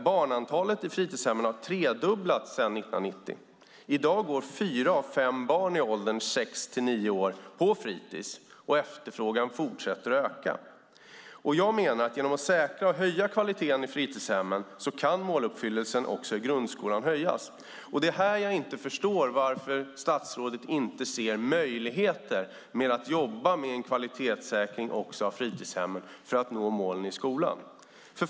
Barnantalet i fritidshemmen har tredubblats sedan 1990. I dag går fyra av fem barn i åldern sex till nio år på fritis, och efterfrågan fortsätter att öka. Genom att säkra och höja kvaliteten i fritidshemmen kan också måluppfyllelsen höjas i grundskolan. Det är här jag inte förstår varför statsrådet inte ser möjligheter med att jobba med en kvalitetssäkring också av fritidshemmen för att nå målen i skolan.